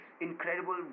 incredible